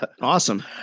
Awesome